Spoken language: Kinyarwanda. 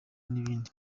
n’ibindi